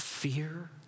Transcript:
fear